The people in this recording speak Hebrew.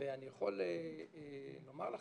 אני יכול לומר לכם,